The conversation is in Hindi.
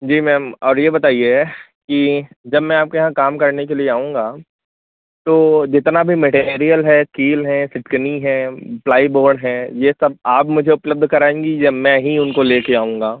जी मैम और ये बताइए कि जब मैं आपके यहाँ काम करने के लिए आऊँगा तो जितना भी मैटीरियल है कील हैं चिटकिनी है प्लाई बोर्ड हैं ये सब आप मुझे उपलब्ध कराएँगी या मैं ही उनको लेके आऊँगा